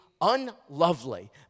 unlovely